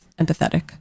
empathetic